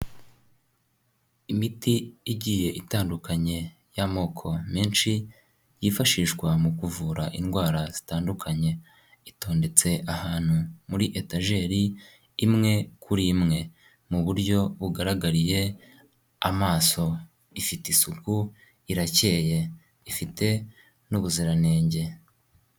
Imiti igiye itandukanye y'amoko menshi yifashishwa mu kuvura indwara zitandukanye, itondetse ahantu muri etajeri imwe kuri imwe, mu buryo bugaragariye amaso, ifite isuku irakeye, ifite n'ubuziranenge.